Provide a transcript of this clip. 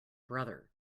brother